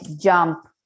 jump